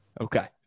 Okay